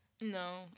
No